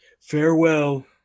Farewell